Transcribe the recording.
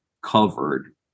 covered